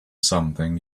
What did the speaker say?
something